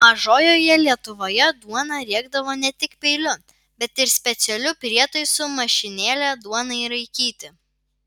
mažojoje lietuvoje duoną riekdavo ne tik peiliu bet ir specialiu prietaisu mašinėle duonai raikyti